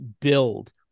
build